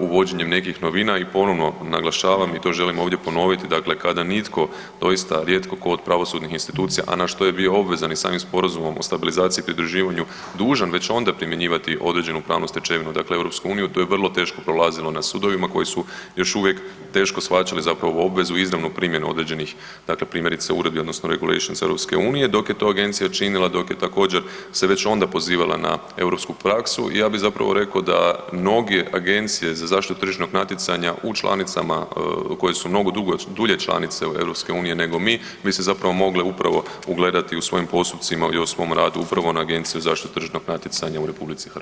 uvođenjem nekih novina i ponovno naglašavam i to želim ovdje ponoviti, dakle kada nitko, doista rijetko tko od pravosudnih institucija, a na što je bio obvezan i samim Sporazumom o stabilizaciji i pridruživanju dužan već onda primjenjivati određenu pravnu stečevinu dakle EU, to je vrlo teško prolazilo na sudovima koji su još uvijek teško shvaćali zapravo obvezu i izravnu primjenu određenih, dakle primjerice uredbi, odnosno regulations EU-e, dok je to Agencija činila dok je također, se već onda pozivala na EU praksu i ja bih zapravo rekao da mnoge agencije za zaštitu tržišnog natjecanja u članicama koje su mnogo dulje članice EU nego mi, bi se zapravo mogle upravo ugledati u svojim postupcima i u svom radu upravo na Agenciju za zaštitu tržišnog natjecanja u RH.